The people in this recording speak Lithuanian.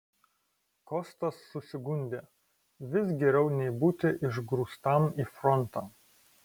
kostas susigundė vis geriau nei būti išgrūstam į frontą